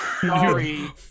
sorry